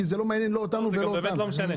כי זה לא מעניין לא אותנו ולא אותם.